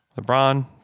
LeBron